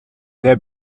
der